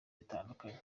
bitandukanye